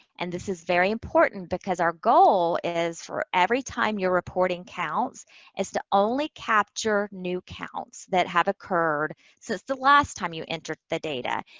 and this is very important because our goal is for every time you're reporting counts is to only capture new counts that have occurred since the last time you entered the data.